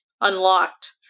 unlocked